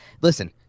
listen